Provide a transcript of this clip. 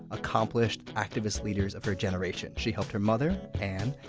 accomplished, activist leaders of her generation. she helped her mother, ann,